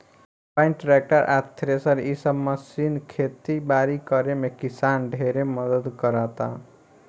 combine, tractor आ thresher इ सब मशीन खेती बारी करे में किसान ढेरे मदद कराता